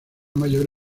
mayor